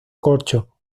corcho